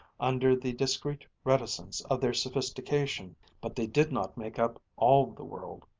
under the discreet reticence of their sophistication but they did not make up all the world.